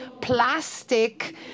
plastic